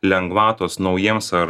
lengvatos naujiems ar